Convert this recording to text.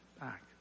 back